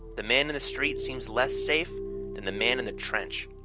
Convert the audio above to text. the man in the street seems less safe than the man in the trench.